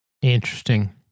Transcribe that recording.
Interesting